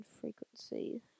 frequency